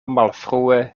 malfrue